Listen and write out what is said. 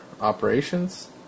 operations